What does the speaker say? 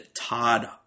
Todd